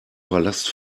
palast